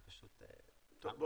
אני פשוט --- טוב,